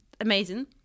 amazing